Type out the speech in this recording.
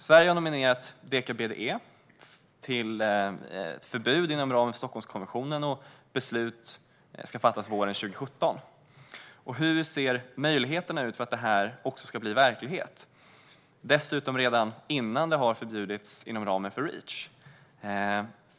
Sverige har nominerat deka-BDE till ett förbud inom ramen för Stockholmskonventionen, och beslut ska fattas våren 2017. Hur ser möjligheterna ut för att det här blir verklighet, dessutom redan innan ämnet har förbjudits inom ramen för Reach?